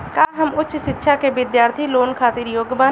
का हम उच्च शिक्षा के बिद्यार्थी लोन खातिर योग्य बानी?